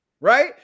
right